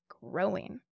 growing